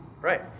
Right